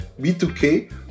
B2K